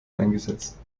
eingesetzt